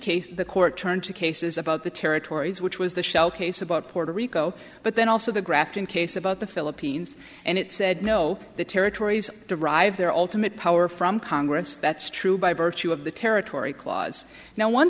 case the court turned to cases about the territories which was the shell case about puerto rico but then also the grafton case about the philippines and it said no the territories derive their ultimate power from congress that's true by virtue of the territory clause now one